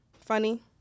Funny